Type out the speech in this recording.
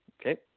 Okay